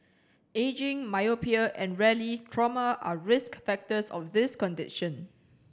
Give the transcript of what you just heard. ageing myopia and rarely trauma are risk factors of this condition